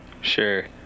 Sure